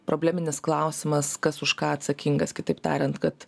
probleminis klausimas kas už ką atsakingas kitaip tariant kad